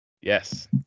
Yes